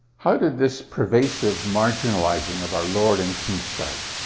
how did this pervasive marginalizing of our lord and king start?